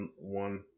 one